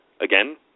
again